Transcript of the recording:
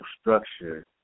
structure